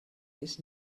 his